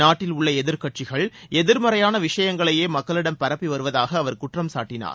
நாட்டில் உள்ள எதிர்க்கட்சிகள் எதிர்மறையான விஷயங்களையே மக்களிடம் பரப்பி வருவதாக அவர் குற்றம்சாட்டினார்